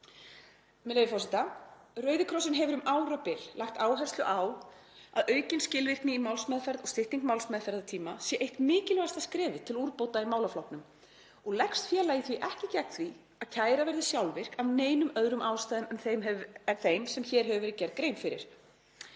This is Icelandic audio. með leyfi forseta: „Rauði krossinn hefur um árabil lagt áherslu á að aukin skilvirkni í málsmeðferð og stytting málsmeðferðartíma sé eitt mikilvægasta skrefið til úrbóta í málaflokknum og leggst félagið því ekki gegn því að kæra verði sjálfvirk af neinum öðrum ástæðum en þeim sem hér hefur verið gerð grein fyrir.